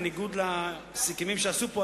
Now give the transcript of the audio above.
בניגוד לסיכומים שעשו פה,